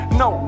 no